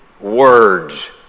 words